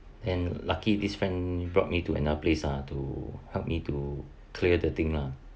and lucky this friend brought me to another place ah to help me to clear the thing lah